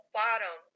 bottom